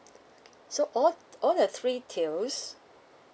so all all the three tiers